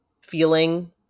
feeling